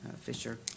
Fisher